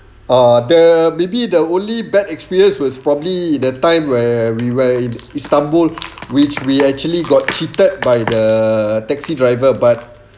ah the maybe the only bad experience was probably that time where we were in istanbul which we actually got cheated by the taxi driver but